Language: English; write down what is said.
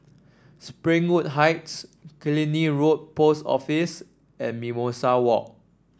Springwood Heights Killiney Road Post Office and Mimosa Walk